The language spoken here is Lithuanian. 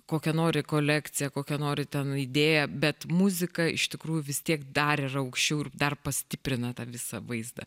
kokią nori kolekciją kokią nori ten idėją bet muzika iš tikrųjų vis tiek dar yra aukščiau ir dar pastiprina tą visą vaizdą